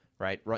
right